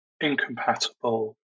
incompatible